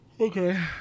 Okay